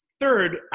third